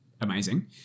amazing